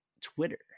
Twitter